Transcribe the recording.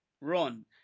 run